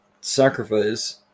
sacrifice